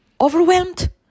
overwhelmed